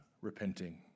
repenting